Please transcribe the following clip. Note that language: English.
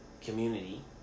community